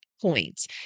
Points